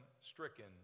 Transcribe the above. stricken